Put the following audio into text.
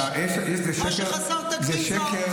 אתה יודע שזה שקר.